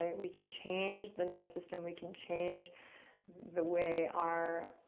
ah we can change the nervous system, we can change the way our.